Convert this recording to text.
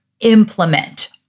implement